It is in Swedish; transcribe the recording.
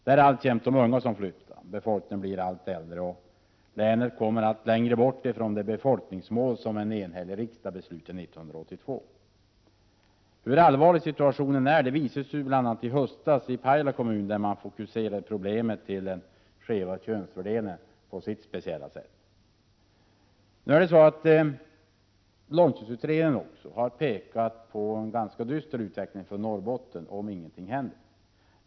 Det är alltjämt de unga som flyttar. Befolkningen blir allt äldre, och länet kommer allt längre bort från det befolkningsmål som en enhällig riksdag beslutade om 1982. Hur allvarlig situationen är visades bl.a. i höstas i Pajala kommun, där man fokuserade problemen kring den skeva könsfördelningen på sitt speciella sätt. Också långtidsutredningen har pekat på en ganska dyster utveckling för Norrbotten om inget händer.